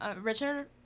Richard